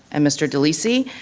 and mr. delisi.